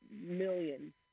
millions